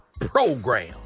Program